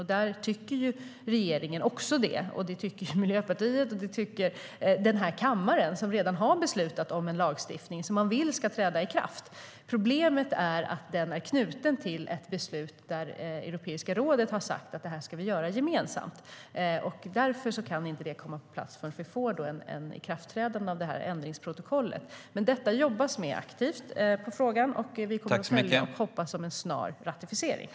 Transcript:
Det tycker också regeringen, Miljöpartiet och den här kammaren som redan har beslutat om en lagstiftning som man vill ska träda i kraft.